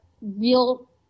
real